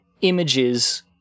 images